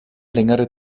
längere